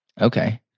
Okay